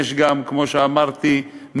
כמו שאמרתי,